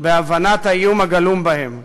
בהבנת האיום הגלום בהם.